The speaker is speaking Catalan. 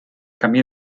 camí